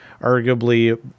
arguably